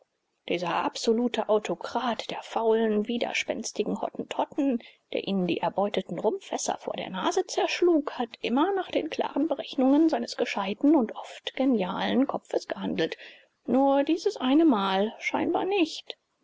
dieser absolute autokrat der faulen widerspenstigen hottentotten der ihnen die erbeuteten rumfässer vor der nase zerschlug hat immer nach den klaren berechnungen seines gescheiten und oft genialen kopfes gehandelt nur dieses eine mal scheinbar nicht